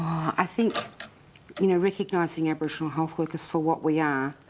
i think you know recognising aboriginal health workers for what we are.